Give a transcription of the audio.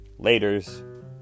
Laters